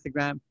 Instagram